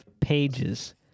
pages